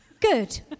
Good